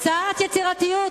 קצת יצירתיות,